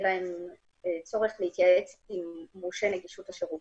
להם צורך להתייעץ עם מורשה נגישות השירות.